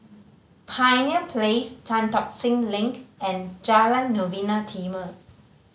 Pioneer Place Tan Tock Seng Link and Jalan Novena Timor